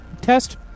Test